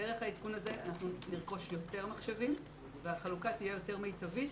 דרך העדכון הזה אנחנו נרכוש יותר מחשבים והחלוקה תהיה יותר מיטבית,